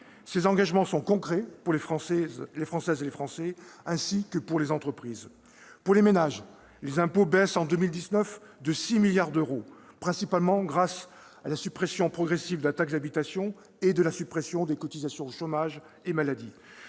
Ces engagements sont concrets pour les Françaises et les Français, ainsi que pour les entreprises. S'agissant des ménages, les impôts baissent en 2019 de 6 milliards d'euros, principalement grâce à la suppression progressive de la taxe d'habitation et à la suppression des cotisations chômage et maladie.